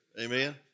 Amen